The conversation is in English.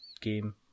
game